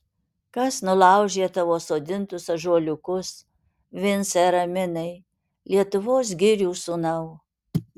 kas nulaužė tavo sodintus ąžuoliukus vincai araminai lietuvos girių sūnau